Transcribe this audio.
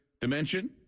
dimension